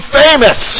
famous